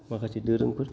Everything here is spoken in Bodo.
माखासे दोरोंफोर